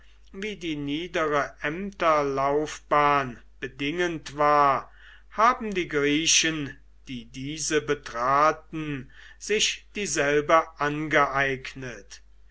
wie die niedere ämterlaufbahn bedingend war haben die griechen die diese betraten sich dieselbe angeeignet